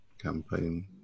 campaign